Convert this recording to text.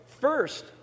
first